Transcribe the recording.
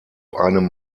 einem